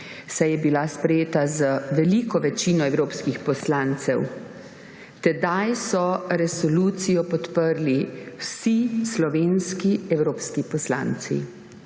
saj je bila sprejeta z veliko večino evropskih poslancev. Tedaj so resolucijo podprli vsi slovenski evropski poslanci